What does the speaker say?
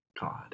God